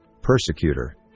persecutor